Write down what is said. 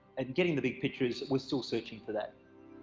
and getting the big picture is that we're still searching for that.